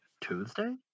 Tuesday